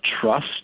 trust